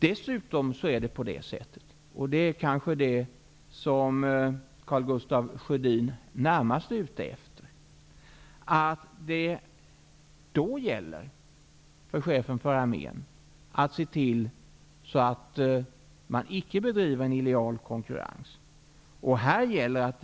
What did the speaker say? Då gäller det för arméchefen att se till att man inte bedriver en illojal konkurrens, vilket Karl Gustaf Sjödin kanske närmast är ute efter.